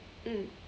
mm